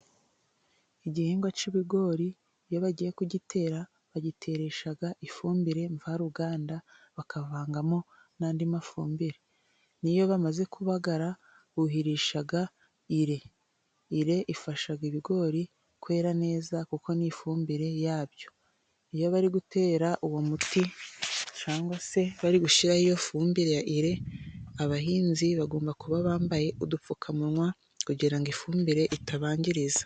Igihingwa cy'ibigori iyo bagiye kugitera bagiteresha ifumbire mvaruganda, bakavangamo n'andi mafumbire. N'iyo bamaze kubagara buhirisha ire ifasha ibigori kwera neza, kuko ni ifumbire yabyo. Iyo bari gutera uwo muti cyangwa se bari gushyiraho iyo fumbire ya ire, abahinzi bagomba kuba bambaye udupfukamunwa, kugira ngo ifumbire itabangiriza.